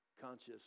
conscious